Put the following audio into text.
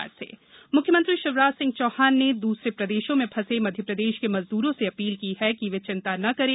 Shivraj appeal म्ख्यमंत्री शिवराज सिंह चौहान ने दूसरे प्रदेशों में फंसे मध्यप्रदेश के मजदूरों से अपील की है कि वे चिंता न करें